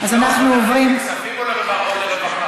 לכספים או לרווחה?